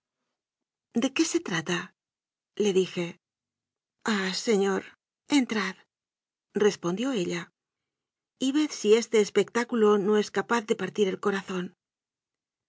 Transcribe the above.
de qué se trata le dije ah señor entradrespondió ellay ved si este espectáculo no es capaz de partir el corazón